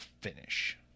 finish